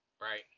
right